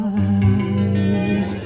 eyes